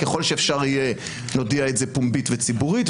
ככל שאפשר נודיע את זה פומבית וציבורית,